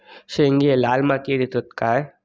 शेंगे लाल मातीयेत येतत काय?